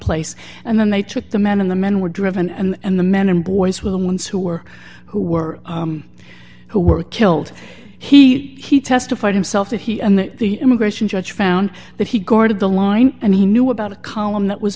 place and then they took the men in the men were driven and the men and boys were the ones who were who were who were killed he he testified himself that he and the immigration judge found that he guarded the line and he knew about a column that was